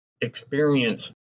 experience